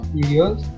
videos